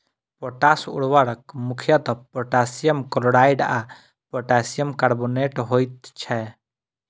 potash उर्वरक मुख्यतः potassium chloride आ पोटासियम कार्बोनेट होइत छै